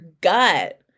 gut